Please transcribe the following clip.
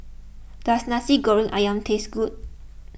does Nasi Goreng Ayam taste good